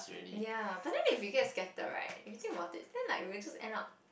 ya but then if we get scattered if you think about it then like we will just end up